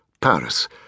Paris